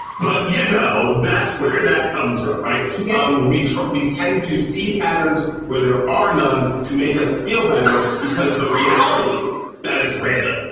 but you yeah know, that's where that comes from. right. yeah um which we tend to see patterns where there are none to make us feel better because the reality that it's random,